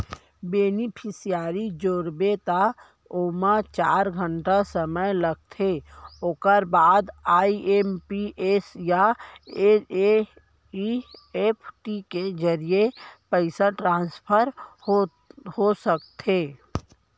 beneficiary जोड़बे त ओमा चार घंटा समे लागथे ओकर बाद आइ.एम.पी.एस या एन.इ.एफ.टी के जरिए पइसा ट्रांसफर हो सकथे